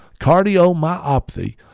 cardiomyopathy